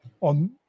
on